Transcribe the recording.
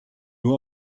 nur